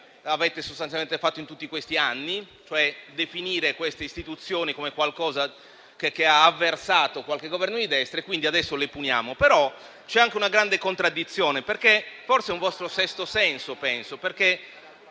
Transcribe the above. avete sostanzialmente fatto in tutti questi anni, cioè definire queste istituzioni come qualcosa che ha avversato qualche Governo di destra, quindi adesso le puniamo. Vi è, però, anche una grande contraddizione, perché forse è un vostro sesto senso. Intendo dire